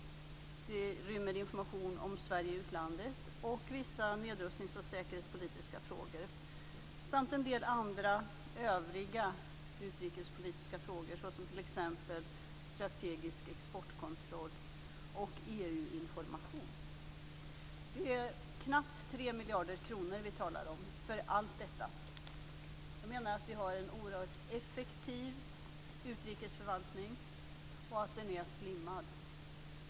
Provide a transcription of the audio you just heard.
Det rymmer information om Sverige i utlandet och vissa nedrustnings och säkerhetspolitiska frågor, samt en del andra övriga utrikespolitiska frågor, såsom t.ex. strategisk exportkontroll och EU-information. Det är knappt 3 miljarder kronor vi talar om för allt detta. Jag menar att vi har en oerhört effektiv utrikesförvaltning och att den är slimmad.